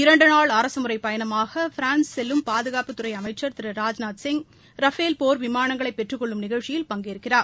இரண்டு நாள் அரசு முறைப் பயணமாக பிரான்ஸ் செல்லும் பாதுகாப்புத்துறை அமைச்சா் திரு ராஜ்நாத் சிங் ரஃபேல் போர் விமானங்களை பெற்றுக்கொள்ளும் நிகழ்ச்சியில் பங்கேற்கிறார்